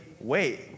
Wait